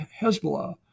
Hezbollah